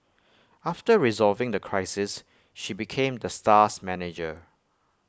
after resolving the crisis she became the star's manager